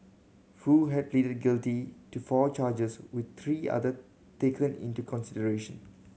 Foo had pleaded guilty to four charges with three other taken into consideration